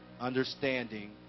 understanding